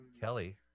Kelly